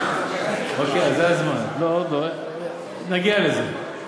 למה השר דרעי